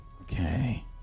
Okay